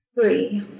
Three